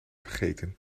vergeten